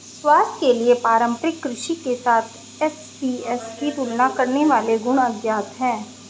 स्वास्थ्य के लिए पारंपरिक कृषि के साथ एसएपीएस की तुलना करने वाले गुण अज्ञात है